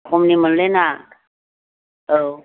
खमनि मोनलियाना औ